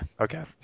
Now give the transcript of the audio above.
okay